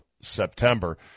September